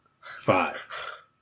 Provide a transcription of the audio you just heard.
Five